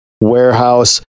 warehouse